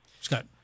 Scott